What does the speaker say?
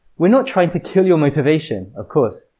we're not trying to kill your motivation, of course,